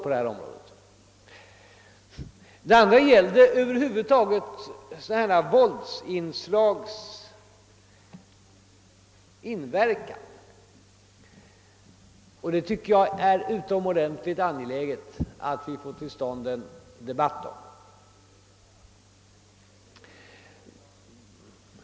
Beträffande våldsinslagens inverkan tycker jag att det är utomordentligt angeläget att vi får till stånd en debatt därom.